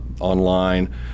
online